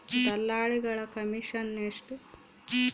ದಲ್ಲಾಳಿಗಳ ಕಮಿಷನ್ ಎಷ್ಟು?